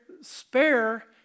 spare